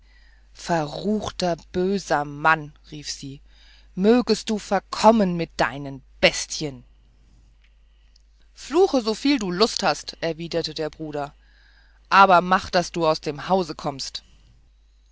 verruchter böser mann rief sie mögest du verkommen bei deinen bestien fluche so viel du lust hast erwiderte der bruder aber mach daß du aus dem haus kommst